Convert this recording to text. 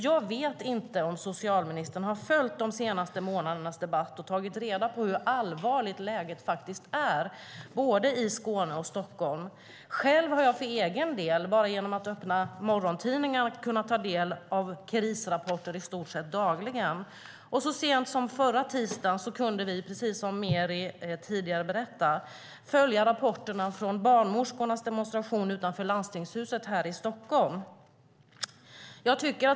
Jag vet inte om socialministern har följt de senaste månadernas debatt och tagit reda på hur allvarligt läget är både i Skåne och i Stockholm. Själv har jag för egen del bara genom att öppna morgontidningarna kunnat ta del av krisrapporter i stort sett dagligen. Så sent som förra tisdagen kunde vi, precis som Meeri Wasberg tidigare berättade, följa rapporterna från barnmorskornas demonstration utanför landstingshuset här i Stockholm.